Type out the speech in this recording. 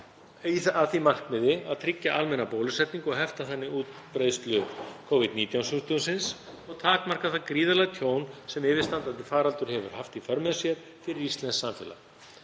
að því markmiði að tryggja almenna bólusetningu og hefta þannig útbreiðslu Covid-19 sjúkdómsins og takmarka það gríðarlega tjón sem yfirstandandi heimsfaraldur hefur haft í för með sér fyrir íslenskt samfélag.